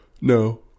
No